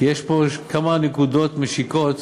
כי יש פה כמה נקודות משיקות.